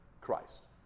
Christ